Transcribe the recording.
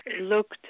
looked